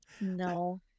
no